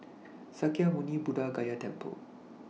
Sakya Muni Buddha Gaya Temple